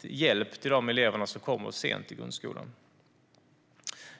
hjälp till de elever som kommer sent till grundskolan.